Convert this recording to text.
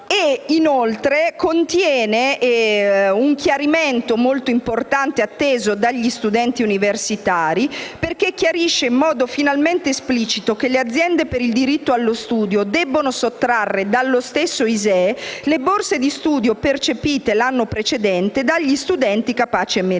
Inoltre, vi è un chiarimento molto importante - e atteso dagli studenti universitari - in quanto finalmente si esplicita che le aziende per il diritto allo studio debbono sottrarre dallo stesso ISEE le borse di studio percepite l'anno precedente dagli studenti capaci e meritevoli.